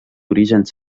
orígens